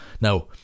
Now